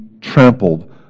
trampled